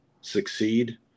succeed